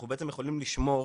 אנחנו בעצם יכולים לשמור